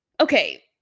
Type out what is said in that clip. Okay